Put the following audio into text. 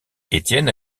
étienne